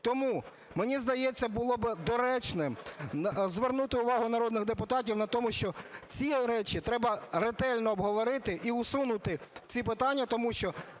Тому, мені здається, було би доречним звернути увагу народних депутатів на тому, що ці речі треба ретельно обговорити і усунути ці питання, тому що